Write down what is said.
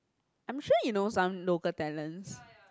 I'm sure you know some local talents